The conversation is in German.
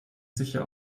sicher